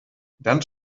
dann